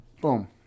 Boom